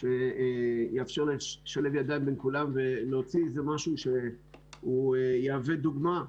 שיאפר לשלב ידיים בין כולם ולהוציא משהו שיהווה דוגמה,